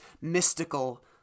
mystical